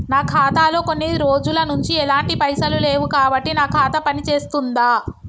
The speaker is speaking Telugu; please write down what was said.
నా ఖాతా లో కొన్ని రోజుల నుంచి ఎలాంటి పైసలు లేవు కాబట్టి నా ఖాతా పని చేస్తుందా?